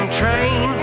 train